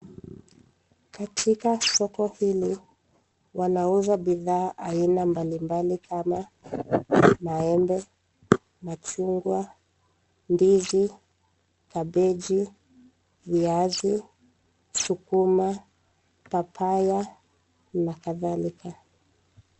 Katika soko hili wanauza bidhaa aina mbalimbali kama maembe, machungwa, ndizi, kabeji, viazi, sukuma, papaya na kadhalika.